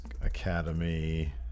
Academy